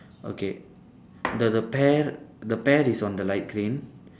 okay the the pear the pear is on the light green